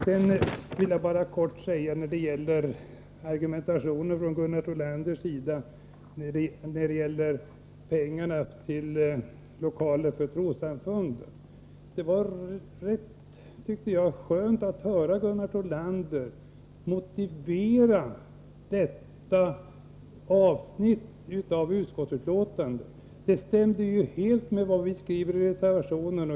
Sedan vill jag kort kommentera Gunnar Thollanders argumentation när det gäller pengarna till de lokala trossamfunden. Det var rätt skönt att höra Gunnar Thollanders motivering i fråga om detta avsnitt i betänkandet. Det stämmer helt överens med vad vi skriver i reservationen.